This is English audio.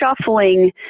shuffling